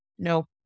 No